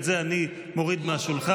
את זה אני מוריד מהשולחן.